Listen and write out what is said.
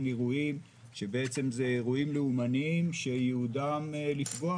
אירועים שהם אירועים לאומניים שייעודם לפגוע